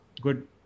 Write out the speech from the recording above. good